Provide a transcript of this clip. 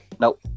Nope